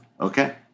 Okay